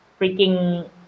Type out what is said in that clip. freaking